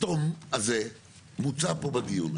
סעיף השסתום הזה נמצא פה בדיון,